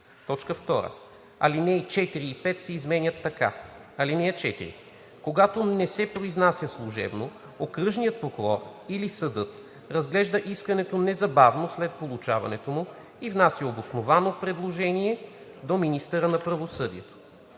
2. Алинеи 4 и 5 се изменят така: „(4) Когато не се произнася служебно, окръжният прокурор или съдът разглежда искането незабавно след получаването му и внася обосновано предложение до министъра на правосъдието.